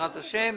בעזרת השם.